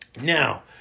Now